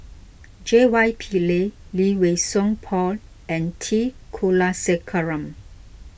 J Y Pillay Lee Wei Song Paul and T Kulasekaram